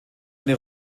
eine